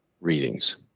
readings